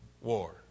war